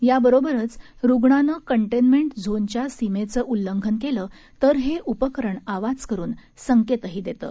यासोबतच रुग्णानं कंटेनमेंट झोनच्या सीमेचं उल्लंघन केलं तर हे उपकरण आवाज करून संकेतही देतं